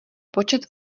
počet